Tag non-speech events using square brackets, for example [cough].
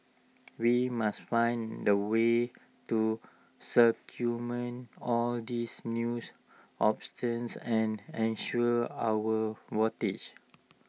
we must find way to circument all these news [unintelligible] and unsure our [unintelligible]